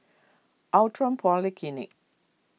Outram Polyclinic